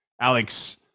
Alex